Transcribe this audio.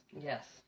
Yes